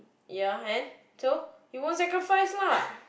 ya and so you want sacrifice lah